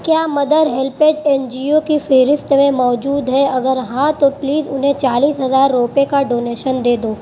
کیا مدر ہیل page N G O کی فہرست میں موجود ہے اگر ہاں تو پلیز انہیں چالیس ہزار روپئے کا ڈونیشن دے دو